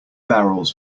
barrels